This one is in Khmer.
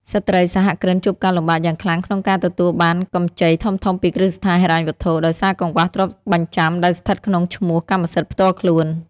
ស្ត្រីសហគ្រិនជួបការលំបាកយ៉ាងខ្លាំងក្នុងការទទួលបានកម្ចីធំៗពីគ្រឹះស្ថានហិរញ្ញវត្ថុ ដោយសារកង្វះទ្រព្យបញ្ចាំដែលស្ថិតក្នុងឈ្មោះកម្មសិទ្ធិផ្ទាល់ខ្លួន។